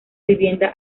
vivienda